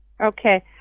Okay